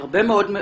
הרבה מאוד.